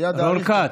רון כץ,